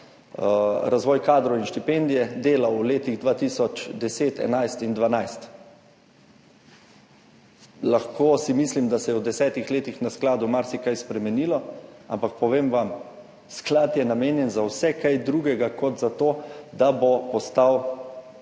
razvoj kadrov in štipendije delal v letih 2010, 2011 in 2012. Lahko si mislim, da se je v desetih letih na skladu marsikaj spremenilo, ampak povem vam, sklad je namenjen za vse kaj drugega kot za to, da bo postal